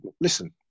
listen